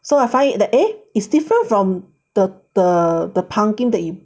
so I find it the eh is different from the the the pumpkin that you